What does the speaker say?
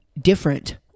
different